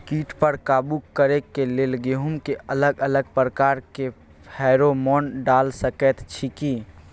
कीट पर काबू करे के लेल गेहूं के अलग अलग प्रकार के फेरोमोन डाल सकेत छी की?